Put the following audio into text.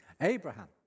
Abraham